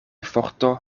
forto